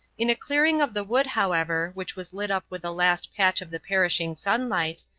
in a clearing of the wood, however, which was lit up with a last patch of the perishing sunlight,